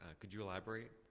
ah could you elaborate?